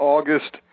August